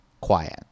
quiet